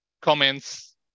comments